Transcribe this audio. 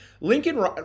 Lincoln